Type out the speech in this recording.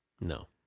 no